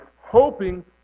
hoping